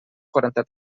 quaranta